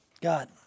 God